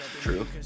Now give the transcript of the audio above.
True